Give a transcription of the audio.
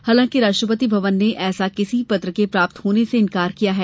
हालांकि राष्ट्रपति भवन ने ऐसा किसी पत्र के प्राप्त होने से इन्कार किया है